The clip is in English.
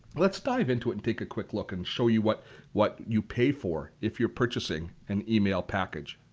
let's dive into it and take a quick look and show you what what you pay for if you're purchasing an email package.